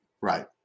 Right